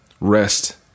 Rest